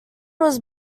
was